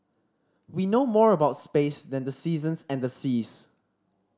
we know more about space than the seasons and the seas